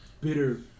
bitter